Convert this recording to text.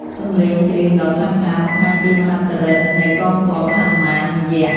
សំឡេងច្រៀងដ៏ខ្លាំងក្លា បង្ហាញពីមហិទ្ធិឫទ្ធិនៃកងទ័ពហនុមាន និងយក្ស។